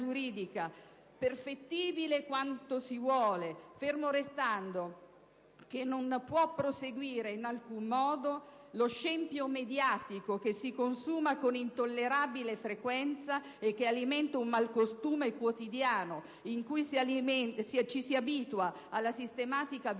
perfettibile quanto si vuole, fermo restando che non può proseguire in alcun modo lo scempio mediatico che si consuma con intollerabile frequenza e che alimenta un malcostume quotidiano in cui ci si abitua alla sistematica violazione